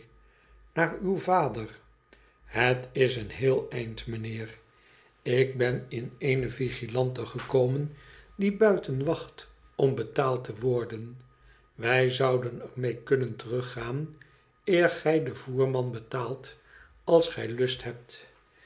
naar uw vader het is een heel eind mijnheer ik ben in eene vigilante gekomen die buiten wacht om betaald te worden wij zouden er mee kunnen teruggaan eer gij den voerman betaalt als gij lust hebt